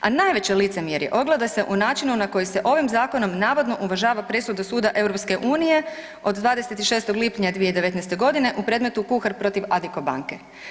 A najveće licemjerje ogleda se u načinu na koji se ovim zakonom navodno uvažava presuda suda EU-a od 26. lipnja 2019. u predmetu Kuhar protiv Adikko banke.